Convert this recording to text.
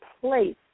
place